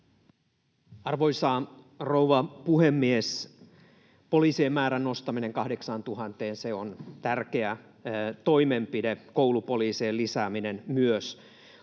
Arvoisa rouva puhemies! Poliisien määrän nostaminen 8 000:een on tärkeä toimenpide, koulupoliisien lisääminen myös.